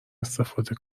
استفاده